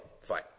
fine